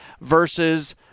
versus